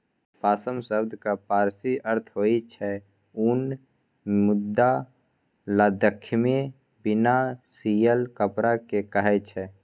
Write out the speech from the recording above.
पाश्म शब्दक पारसी अर्थ होइ छै उन मुदा लद्दाखीमे बिना सियल कपड़ा केँ कहय छै